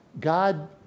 God